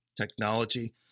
Technology